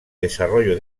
desarrollo